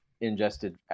ingested